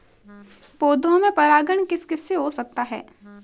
पौधों में परागण किस किससे हो सकता है?